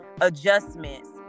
adjustments